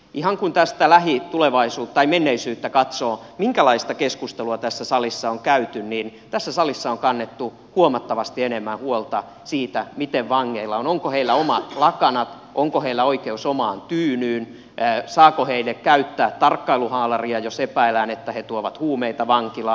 ihan kun tässä lähimenneisyyttä katsoo minkälaista keskustelua tässä salissa on käyty niin tässä salissa on kannettu huomattavasti enemmän huolta siitä miten vangeilla on onko heillä omat lakanat onko heillä oikeus omaan tyynyyn saako heillä käyttää tarkkailuhaalaria jos epäillään että he tuovat huumeita vankilaan